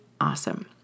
awesome